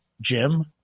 Jim